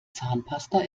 zahnpasta